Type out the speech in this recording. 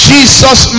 Jesus